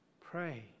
Pray